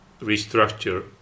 restructure